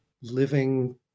living